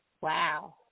Wow